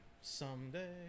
someday